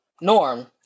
norm